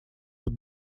под